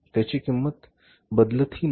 त्यांची किंमत काही कालावधीत बदलत ही नाही